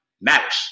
matters